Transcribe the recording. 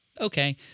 okay